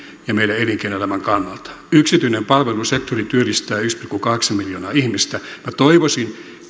ja meidän elinkeinoelämän kannalta yksityinen palvelusektori työllistää yksi pilkku kahdeksan miljoonaa ihmistä minä toivoisin